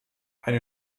eine